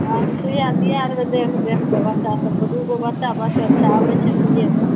अहाँकेँ सुइआ दिआ देबय देखि देखिकऽ बच्चा सभकऽ दुगो बच्चा बचल छै आबय छै तऽ दियैबय